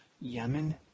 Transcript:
Yemen